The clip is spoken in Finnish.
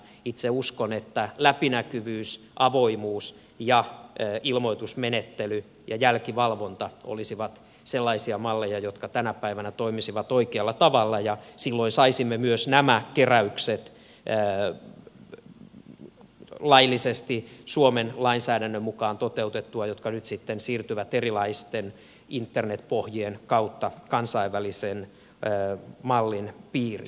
itse uskon että läpinäkyvyys avoimuus ja ilmoitusmenettely ja jälkivalvonta olisivat sellaisia malleja jotka tänä päivänä toimisivat oikealla tavalla ja silloin saisimme laillisesti suomen lainsäädännön mukaan toteutettua myös nämä keräykset jotka nyt sitten siirtyvät erilaisten internetpohjien kautta kansainvälisen mallin piiriin